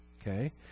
Okay